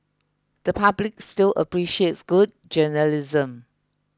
the public still appreciates good journalism